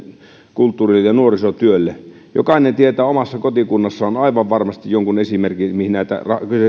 kulttuurille ja nuorisotyölle jokainen tietää omassa kotikunnassaan aivan varmasti jonkun esimerkin mihin näitä